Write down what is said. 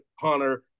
Hunter